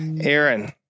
Aaron